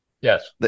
Yes